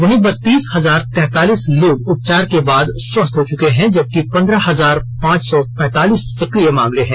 वहीं बत्तीस हजार तैतालीस लोग उपचार के बाद स्वस्थ हो चुके हैं जबकि पंद्रह हजार पांच सौ पैतालीस सक्रिय मामले हैं